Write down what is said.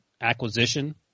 acquisition